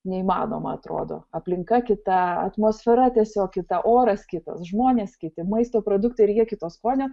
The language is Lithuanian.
neįmanoma atrodo aplinka kita atmosfera tiesiog kita oras kitas žmonės kiti maisto produktai ir jie kito skonio